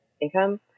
income